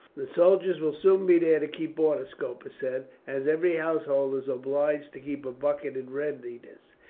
the soldiers will soon be there to keep order, scopus said. as every household is obliged to keep a bucket in readiness,